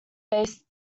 based